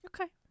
okay